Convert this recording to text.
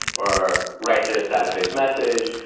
or write the ah status page message,